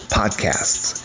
podcasts